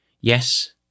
Yes